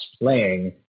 playing